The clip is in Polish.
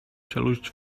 czeluść